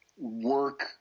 work